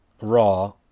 Raw